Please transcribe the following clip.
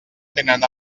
tenen